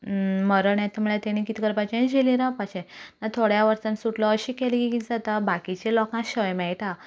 मरण येता म्हणल्यार तांणी कितें करपाचें जेलींत रावपाचें थोड्यां वर्सांनीं सुटलो अशें केलें की कितें जाता बाकिच्या लोकांक शिक्षा मेळटा